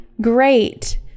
great